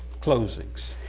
closings